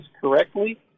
correctly